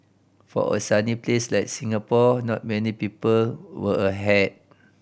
for a sunny place like Singapore not many people wear a hat